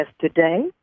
today